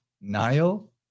nile